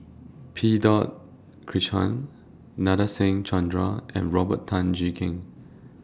P Krishnan Nadasen Chandra and Robert Tan Jee Keng